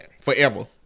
forever